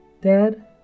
Dad